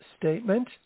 statement